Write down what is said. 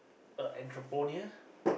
a entrepreneur